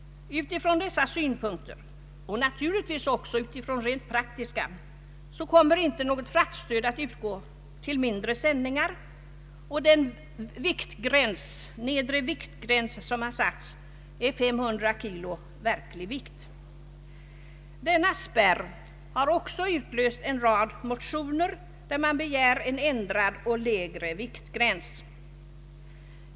Utifrån dessa synpunkter och naturligtvis också utifrån rent praktiska sådana kommer fraktstöd inte att utgå till mindre sändningar, och den nedre viktgräns som satts är 300 kilo verklig vikt. Denna spärr har också utlöst en rad motioner i vilka begärs lägre viktgräns.